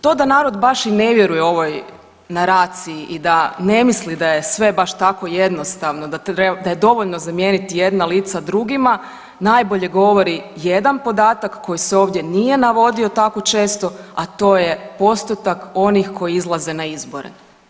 To da narod baš i ne vjeruje ovoj naraciji i da ne misli da je sve baš tako jednostavno, da je dovoljno zamijeniti jedna lica drugima najbolje govori jedan podatak koji se ovdje nije navodio tako često, a to je postotak onih koji izlaze na izbore.